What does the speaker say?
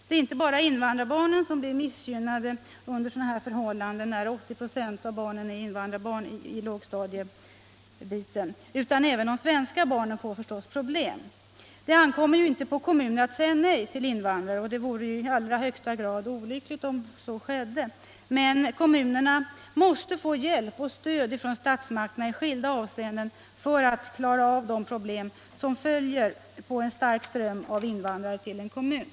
Det är inte bara invandrarbarnen själva som blir missgynnade när 80 96 av lågstadiebarnen är invandrarbarn utan även de svenska barnen får naturligtvis problem. Det ankommer inte på kommuner att säga nej till invandrare, och det vore i allra högsta grad olyckligt om så skedde, men kommunerna måste få hjälp och stöd i skilda avseenden från statsmakten för att klara av de problem som följer på en stark ström av invandrare till en kommun.